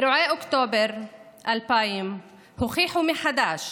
אירועי אוקטובר 2000 הוכיחו מחדש